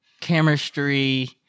chemistry